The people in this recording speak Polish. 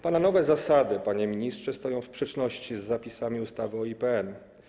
Pana nowe zasady, panie ministrze, stoją w sprzeczności z zapisami ustawy o IPN.